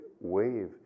wave